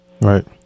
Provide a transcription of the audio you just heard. Right